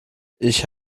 ich